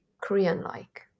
Korean-like